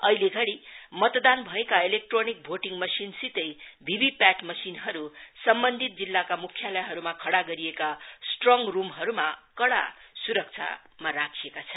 अहिले घड़ी मतदान भएका इलेक्ट्रोनिक भोटिङ मशिन सितै भीभी पेट मशिनहरू सम्बन्धित जिल्लाका मुख्यालयमा खड़ा गरिएका स्ट्रोङ रूमहरूमा कड़ा सुरक्षामा राखिएका छन्